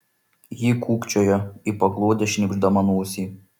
ji kūkčiojo į paklodę šnypšdama nosį